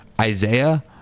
Isaiah